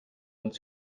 one